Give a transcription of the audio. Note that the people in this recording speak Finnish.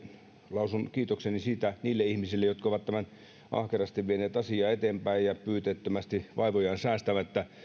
lausun kiitokseni niille ihmisille jotka ovat ahkerasti vieneet asiaa eteenpäin ja pyyteettömästi ja vaivojaan säästämättä